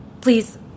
Please